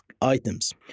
items